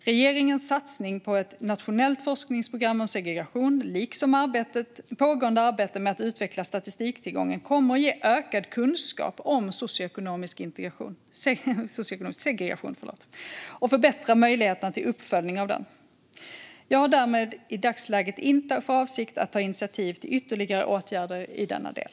Regeringens satsning på ett nationellt forskningsprogram om segregation, liksom pågående arbete med att utveckla statistiktillgången, kommer att ge ökad kunskap om socioekonomisk segregation och förbättra möjligheterna till uppföljning av den. Jag har därmed i dagsläget inte för avsikt att ta initiativ till ytterligare åtgärder i denna del.